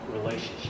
relationship